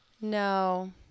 No